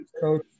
coach